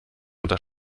unter